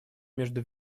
между